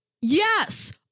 yes